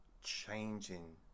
changing